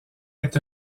est